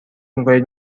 میکنید